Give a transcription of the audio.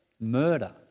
murder